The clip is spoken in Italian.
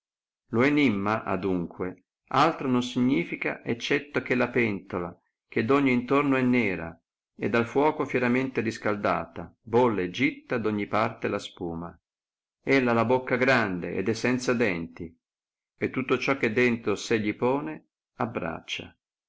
lo énimma adunque altro non significa eccetto che la pentola che d'ogni intorno è nera e dal fuoco fieramente riscaldata bolle e gitta d ogni parte la spuma ella ha la bocca grande ed è senza denti e tutto ciò che dentro se gli pone abbraceia